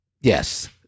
Yes